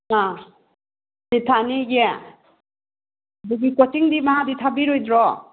ꯑꯥ ꯅꯤꯠ ꯊꯥꯅꯦꯌꯦ ꯑꯗꯨꯗꯤ ꯀꯣꯆꯤꯡꯗꯤ ꯃꯥꯗꯤ ꯊꯥꯕꯤꯔꯣꯏꯗ꯭ꯔꯣ